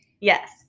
Yes